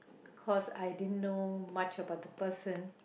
cause I didn't know much about the person